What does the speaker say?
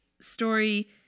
story